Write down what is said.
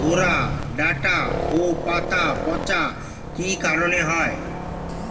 গোরা ডাঁটা ও পাতা পচা কি কারণে হয়?